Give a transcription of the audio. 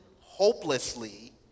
hopelessly